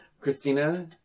Christina